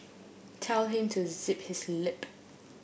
tell him to zip his lip